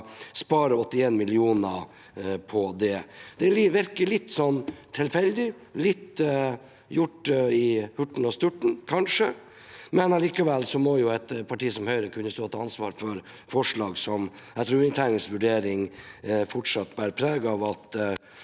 spare 81 mill. kr. Det virker litt tilfeldig, litt gjort i hurten og sturten, kanskje, men allikevel må jo et parti som Høyre kunne stå til ansvar for forslag som etter undertegnedes vurdering fortsatt bærer preg av at